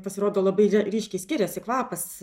pasirodo labai ryškiai skiriasi kvapas